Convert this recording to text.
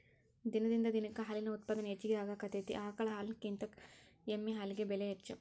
ದಿನದಿಂದ ದಿನಕ್ಕ ಹಾಲಿನ ಉತ್ಪಾದನೆ ಹೆಚಗಿ ಆಗಾಕತ್ತತಿ ಆಕಳ ಹಾಲಿನಕಿಂತ ಎಮ್ಮಿ ಹಾಲಿಗೆ ಬೆಲೆ ಹೆಚ್ಚ